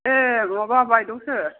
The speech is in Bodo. ए माबा बायद'सो